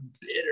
bitter